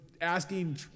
asking